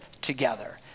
together